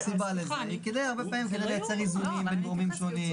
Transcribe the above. הסיבה לזה הרבה פעמים היא כדי לייצר איזונים בין גורמים שונים,